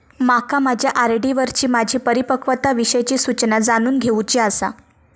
माका माझ्या आर.डी वरची माझी परिपक्वता विषयची सूचना जाणून घेवुची आसा